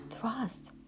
thrust